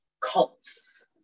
cults